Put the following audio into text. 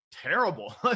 terrible